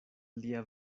lia